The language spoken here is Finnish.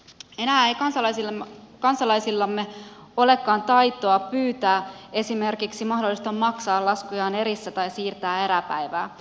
enää ei kansalaisillamme olekaan taitoa pyytää esimerkiksi mahdollisuutta maksaa laskujaan erissä tai siirtää eräpäivää